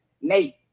Nate